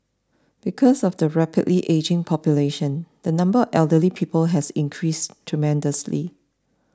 because of the rapidly ageing population the number elderly people has increased tremendously